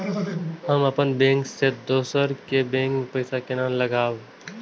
हम अपन बैंक से दोसर के बैंक में पैसा केना लगाव?